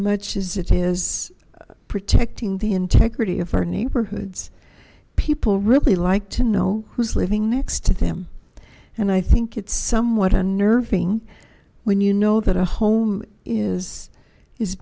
much as it is protecting the integrity of our neighborhoods people really like to know who's living next to them and i think it's somewhat unnerving when you know that a home is is